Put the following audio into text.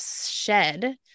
shed